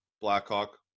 Blackhawk